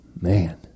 Man